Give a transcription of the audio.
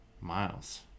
Miles